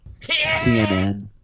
CNN